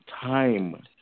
time